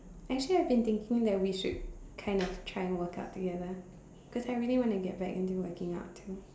actually I've been thinking that we should kind of try and work out together cause I really want to get back into working out too